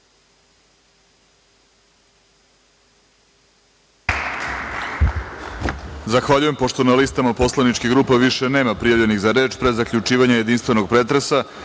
Zahvaljujem. Pošto na listama poslaničkih grupa više nema prijavljenih za reč, pre zaključivanja jedinstvenog pretresa,